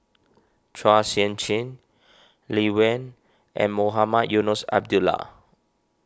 Chua Sian Chin Lee Wen and Mohamed Eunos Abdullah